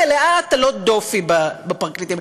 מלאה הטלות דופי בפרקליטים.